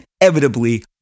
inevitably